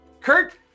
Kirk